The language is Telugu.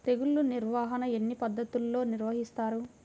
తెగులు నిర్వాహణ ఎన్ని పద్ధతుల్లో నిర్వహిస్తారు?